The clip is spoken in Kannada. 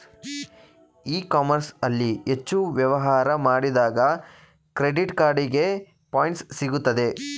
ಇ ಕಾಮರ್ಸ್ ಅಲ್ಲಿ ಹೆಚ್ಚು ವ್ಯವಹಾರ ಮಾಡಿದಾಗ ಕ್ರೆಡಿಟ್ ಕಾರ್ಡಿಗೆ ಪಾಯಿಂಟ್ಸ್ ಸಿಗುತ್ತದೆ